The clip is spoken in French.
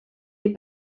les